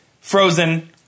frozen